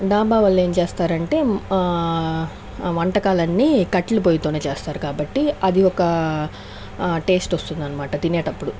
ధాబా వాళ్ళు ఏం చేస్తారంటే వంటకాలు అన్ని కట్టల పొయ్యితోనే చేస్తారు కాబట్టి అది ఒక టేస్ట్ వస్తుంది అనమాట తినేటప్పుడు